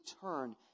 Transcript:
turn